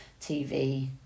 TV